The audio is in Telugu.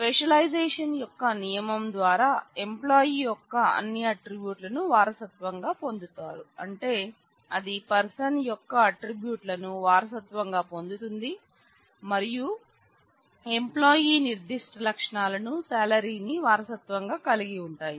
స్పెషలైజేషన్ యొక్క నియమం ద్వారా ఎంప్లాయి యొక్క అన్ని ఆట్రిబ్యూట్ లను వారసత్వంగా పొందుతారు అంటే అది పర్సన్ యొక్క ఆట్రిబ్యూట్ లను వారసత్వంగా పొందుతుంది మరియు ఎంప్లాయి నిర్ధిష్ట లక్షణాలు శాలరీని వారసత్వంగా కలిగి ఉంటాయి